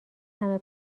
همه